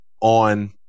on